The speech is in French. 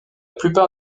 plupart